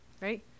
right